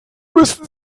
müssen